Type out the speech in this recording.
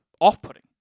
off-putting